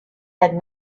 had